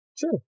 Sure